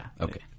Okay